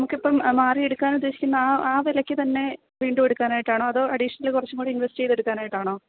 നമുക്കിപ്പോള് മാറിയെടുക്കാനുദ്ദേശിക്കുന്ന ആ ആ വിലയ്ക്കുതന്നെ വീണ്ടും എടുക്കാനായിട്ടാണോ അതോ അഡീഷണല് കുറച്ചും കൂടി ഇന്വെസ്റ്റയ്തെടുക്കാനായിട്ടാണോ